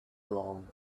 along